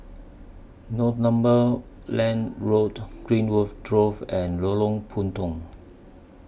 Northumberland Road Greenwood Grove and Lorong Puntong